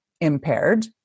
impaired